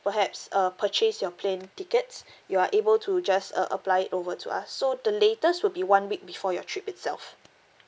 perhaps uh purchase your plane tickets you are able to just uh apply it over to us so the latest would be one week before your trip itself